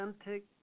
authentic